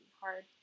hard